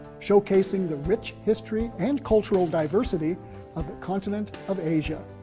showcasing the rich history and cultural diversity of the continent of asia.